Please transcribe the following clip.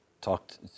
talked